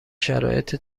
شرایط